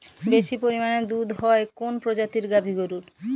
বেশি পরিমানে দুধ হয় কোন প্রজাতির গাভি গরুর?